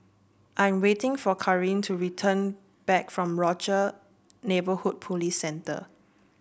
I'm waiting for Karin to return back from Rochor Neighborhood Police Centre